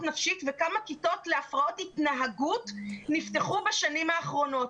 נפשית וכמה כיתות להפרעות התנהגות נפתחו בשנים האחרונות.